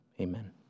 amen